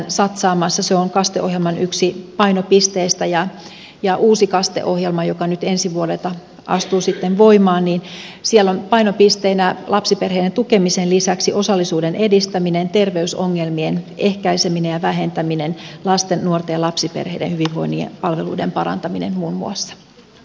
se on kaste ohjelman yksi painopisteistä ja uudessa kaste ohjelmassa joka nyt ensi vuodelta astuu sitten voimaan ovat painopisteinä lapsiperheiden tukemisen lisäksi osallisuuden edistäminen terveysongelmien ehkäiseminen ja vähentäminen lasten nuorten ja lapsiperheiden hyvinvoinnin ja palveluiden parantaminen muun muassa